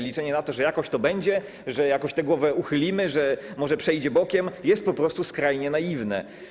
Liczenie na to, że jakoś to będzie, że jakoś tę głowę uchylimy, że może przejdzie bokiem, jest po prostu skrajnie naiwne.